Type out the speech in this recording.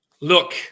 Look